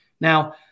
Now